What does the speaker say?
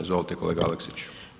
Izvolite kolega Aleksić.